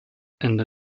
ende